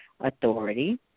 authority